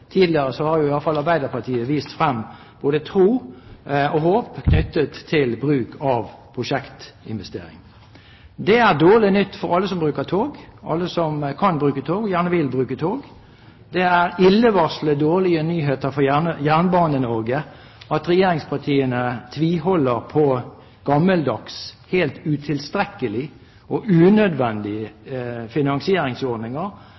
Tidligere har iallfall Arbeiderpartiet vist frem både tro og håp knyttet til bruk av prosjektinvesteringer. Det er dårlig nytt for alle som bruker tog – alle som kan bruke tog, og gjerne vil bruke tog. Det er illevarslende dårlige nyheter for Jernbane-Norge at regjeringspartiene tviholder på gammeldagse, helt utilstrekkelige og